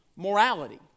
Morality